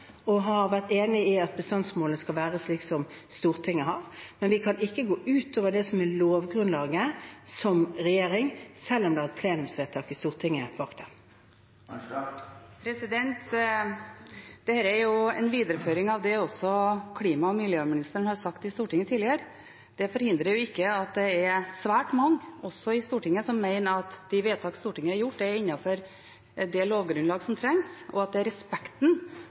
og har vært enig i at bestandsmålet skal være slik som Stortinget har vedtatt. Men vi som regjering kan ikke gå utover det som er lovgrunnlaget, selv om det er et plenumsvedtak i Stortinget bak det. Dette er en videreføring av det som også klima- og miljøministeren har sagt i Stortinget tidligere. Det forhindrer ikke at det er svært mange – også i Stortinget – som mener at de vedtakene som Stortinget har gjort, er innenfor det lovgrunnlaget som trengs, og at det er respekten